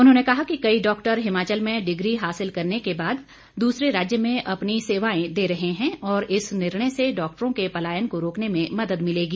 उन्होंने कहा कि कई डॉक्टर हिमाचल में डिग्री हासिल करने के बाद दूसरे राज्य में अपनी सेवाएं दे रहे हैं और इस निर्णय से डॉक्टरों के पलायन को रोकने में मदद मिलेगी